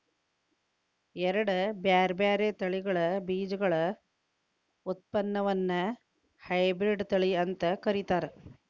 ಎರಡ್ ಬ್ಯಾರ್ಬ್ಯಾರೇ ತಳಿಗಳ ಬೇಜಗಳ ಉತ್ಪನ್ನವನ್ನ ಹೈಬ್ರಿಡ್ ತಳಿ ಅಂತ ಕರೇತಾರ